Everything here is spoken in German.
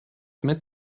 mit